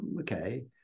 okay